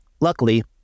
Luckily